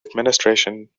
administration